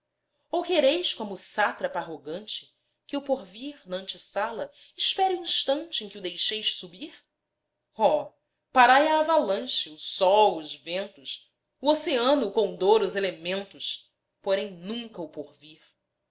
ou quereis como o sátrapa arrogante que o porvir nante sala espere o instante em que o deixeis subir oh parai a avalanche o sol os ventos o oceano o condor os elementos porém nunca o porvir